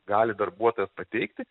gali darbuotojas pateikti